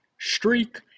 Streak